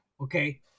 okay